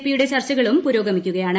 പിയുടെ ചർച്ചകളും പുരോഗമിക്കുകയാണ്